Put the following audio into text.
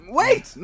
wait